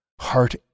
heart